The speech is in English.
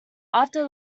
after